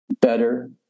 better